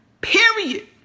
Period